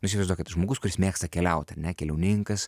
nu įsivaizduokit žmogus kuris mėgsta keliaut ar ne keliauninkas